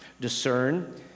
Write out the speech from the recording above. discern